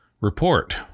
Report